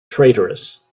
traitorous